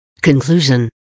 Conclusion